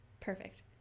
perfect